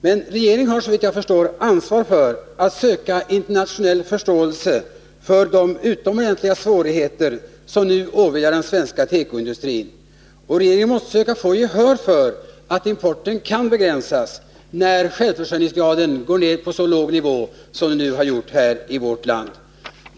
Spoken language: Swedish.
Men regeringen har såvitt jag förstår ansvar för att söka internationell förståelse för de utomordentliga svårigheter som nu åvilar den svenska tekoindustrin. Regeringen måste söka få gehör för att importen begränsas, när självförsörjningsgraden går ner till så låg nivå som den nu gjort i vårt land.